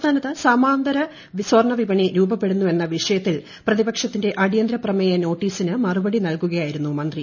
സംസ്ഥാനത്ത് സമാന്തര സ്വർണ രൂപപ്പെടുന്നുവെന്ന വിഷയത്തിൽ പ്രതിപക്ഷത്തിന്റെ വിപണി അടിയന്തര പ്രമേയ നോട്ടീസിന് മറുപടി നൽകുകയായിരുന്നു മന്ത്രി